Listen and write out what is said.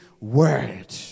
word